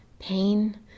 Pain